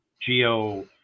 Geo